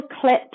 clips